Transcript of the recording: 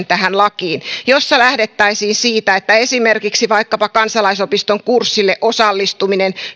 tähän lakiin täydentävän esityksen jossa lähdettäisiin siitä että hyväksytään aktiivitoimeksi esimerkiksi vaikkapa kansalaisopiston kurssille osallistuminen